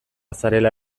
zarela